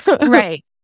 Right